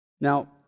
Now